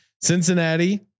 Cincinnati